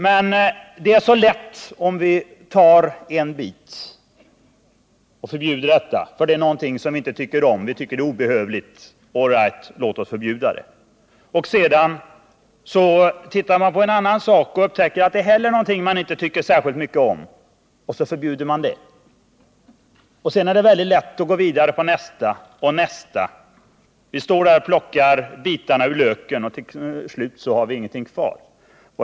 Men om vi förbjuder reklam för sprit och tobak, därför att vitycker att den är obehövlig, är det så lätt att sedan titta på någon annan vara, som man inte heller tycker särskilt mycket om, och så förbjuder man reklam för den också. Sedan är det lätt att gå vidare och plocka lager efter lager av löken, och till sist har vi ingenting kvar.